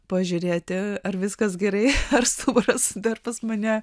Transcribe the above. pažiūrėti ar viskas gerai ar stuburas dar pas mane